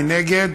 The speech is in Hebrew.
מי נגד?